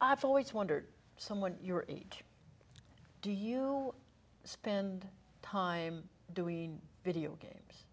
i've always wondered someone your age do you spend time doing video games